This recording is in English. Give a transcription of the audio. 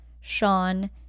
Sean